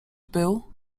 był